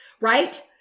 right